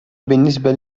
بالنسبة